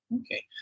Okay